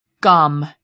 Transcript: gum